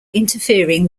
interfering